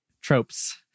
tropes